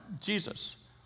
Jesus